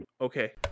okay